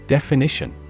Definition